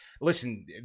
listen